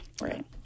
right